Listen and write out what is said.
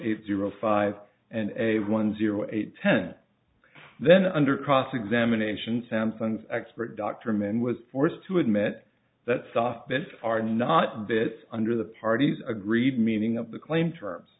eight zero five and a one zero eight ten then under cross examination samsung's expert dr man was forced to admit that soft bits are not this under the parties agreed meaning of the claim terms